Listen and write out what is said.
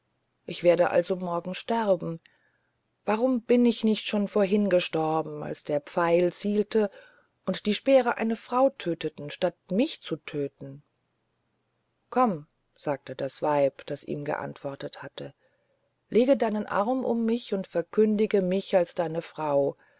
ich werde also morgen sterben warum bin ich nicht schon vorhin gestorben als der pfeil zielte und die speere eine frau töteten statt mich zu töten komm sagte das weib das ihm geantwortet hatte lege deinen arm um mich und verkündige mich als deine frau